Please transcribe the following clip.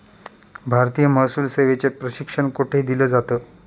भारतीय महसूल सेवेचे प्रशिक्षण कोठे दिलं जातं?